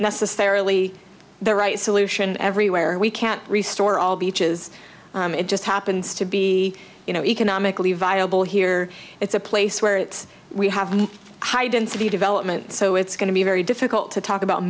necessarily the right solution everywhere we can't restore all beaches it just happens to be you know economically viable here it's a place where it's we have the high density development so it's going to be very difficult to talk about